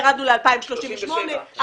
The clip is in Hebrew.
ירדנו ל-2038,